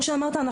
וכמו שאמרת,